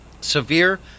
severe